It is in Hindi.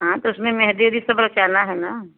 हाँ तो उसमें मेहदी वेहदी सब रचाना है न